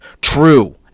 True